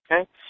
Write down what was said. okay